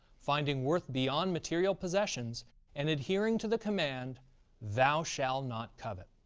finding worth beyond material possessions and adhering to the command thou shall not covet.